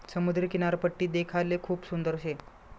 समुद्रनी किनारपट्टी देखाले खूप सुंदर शे